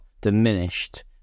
diminished